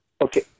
Okay